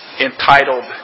entitled